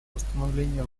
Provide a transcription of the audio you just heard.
восстановления